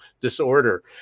disorder